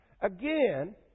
Again